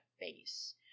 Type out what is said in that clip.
face